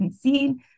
seen